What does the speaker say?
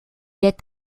est